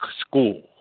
school